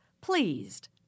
pleased